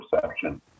perception